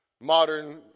modern